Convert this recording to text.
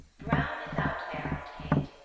browne is out there, aunt kate,